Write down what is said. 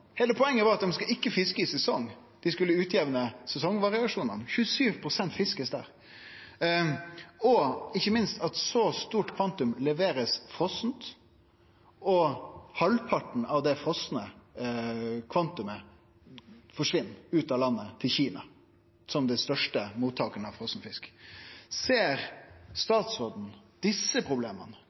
sesong, dei skulle utjamne sesongvariasjonane. Og når eit så stort kvantum blir levert frose, og halvparten av det frosne kvantumet forsvinn ut av landet, til Kina – som den største mottakaren av frosen fisk – ser statsråden desse problema